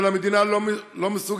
אבל המדינה לא מסוגלת,